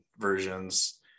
versions